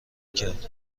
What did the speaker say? کرد